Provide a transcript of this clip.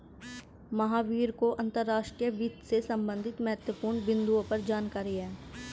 महावीर को अंतर्राष्ट्रीय वित्त से संबंधित महत्वपूर्ण बिन्दुओं पर जानकारी है